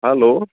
hello